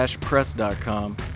press.com